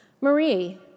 Marie